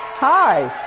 hi,